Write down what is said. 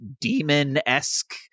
demon-esque